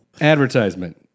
Advertisement